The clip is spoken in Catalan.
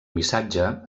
missatge